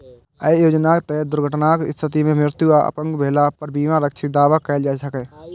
अय योजनाक तहत दुर्घटनाक स्थिति मे मृत्यु आ अपंग भेला पर बीमा राशिक दावा कैल जा सकैए